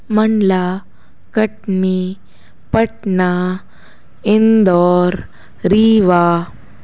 Mandla Katni Patna Indore Rewa